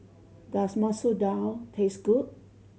does Masoor Dal taste good